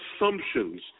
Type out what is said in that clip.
assumptions